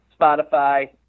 spotify